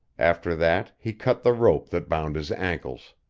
after that he cut the rope that bound his ankles.